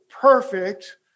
perfect